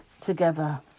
together